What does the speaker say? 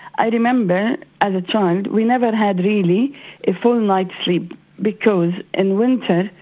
i remember as a child, we never had had really a full nights sleep because in winter,